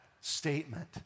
statement